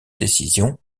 décision